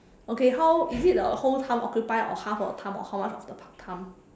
okay how is it the whole thumb occupy or half of the thumb or how much of the thu~ thumb